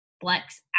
flex